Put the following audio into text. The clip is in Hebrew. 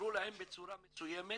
עזרו להם בצורה מסוימת